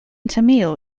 tamil